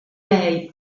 lei